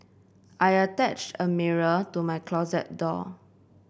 I attached a mirror to my closet door